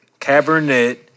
Cabernet